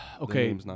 Okay